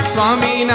Swami